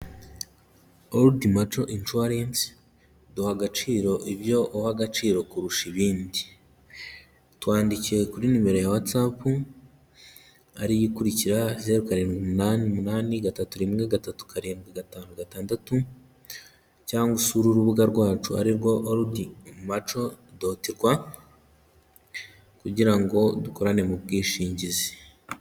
Orudi maco inshuwarensi, duha agaciro ibyo uha agaciro kurusha ibindi. Twandikire kuri numero ya watsapu ariyo ikurikira; zeru karindwi umunani umunani gatatu rimwe gatatu karindwi gatanu gatandatu cyangwa usure urubuga rwacu arirwo Orudi maco doti rwa kugira ngo dukorane mu bwishingizi.